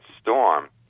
storm